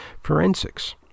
forensics